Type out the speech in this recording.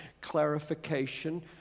clarification